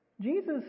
Jesus